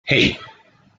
hey